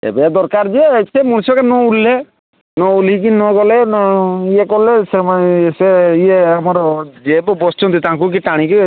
ଏବେ ଦରକାର ଯେ ସେ ମଣିଷଟା ନ ଉଲ୍ଲୀ ଲେ ନ ଉହ୍ଲିକି ନଗଲେ ନ ଇଏ କଲେ ସେମାନେ ସେ ଇଏ ଆମର ଯିଏ ବି ବସିଛନ୍ତି ତାଙ୍କୁ କି ଟାଣିକରି